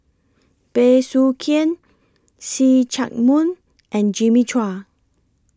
Bey Soo Khiang See Chak Mun and Jimmy Chua